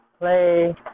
play